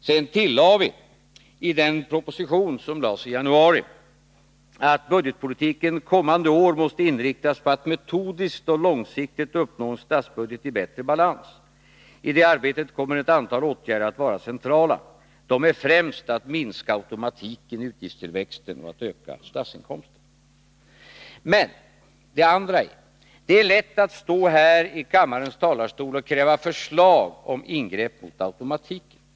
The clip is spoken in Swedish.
Sedan tillade vi i den proposition som framlades i januari, att budgetpolitiken kommande år måste inriktas på att metodiskt och långsiktigt uppnå en statsbudget i bättre balans. I det arbetet kommer ett antal åtgärder att vara centrala, främst att minska automatiken i utgiftstillväxten och att öka statsinkomsterna. Det andra är att det är lätt att stå här i kammarens talarstol och kräva förslag om ingrepp mot automatiken.